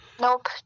Nope